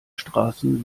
straßen